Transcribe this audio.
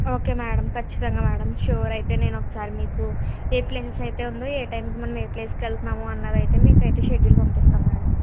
okay madam ఖచ్చితంగా madam sure అయితే నేను ఒకసారి మీకు ఏ ప్లేసెస్ అయితే ఉందో ఏ టైంకి మనం ఏ ప్లేస్కి వెళ్తున్నాము అన్నదయితే మీకైతే షెడ్యూల్ పంపిస్తాం మేడం